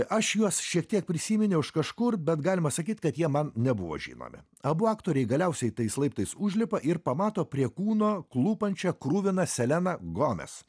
aš juos šiek tiek prisiminiau iš kažkur bet galima sakyt kad jie man nebuvo žinomi abu aktoriai galiausiai tais laiptais užlipa ir pamato prie kūno klūpančią kruviną seleną gomez